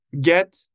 get